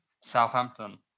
Southampton